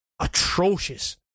atrocious